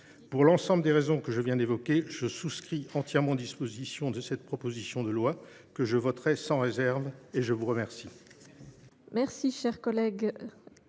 Pour l’ensemble des raisons que je viens d’évoquer, je souscris entièrement aux dispositions de cette proposition de loi, que je voterai sans réserve. Merci